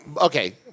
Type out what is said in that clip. Okay